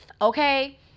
okay